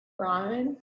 ramen